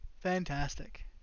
Fantastic